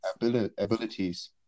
abilities